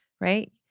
right